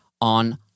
on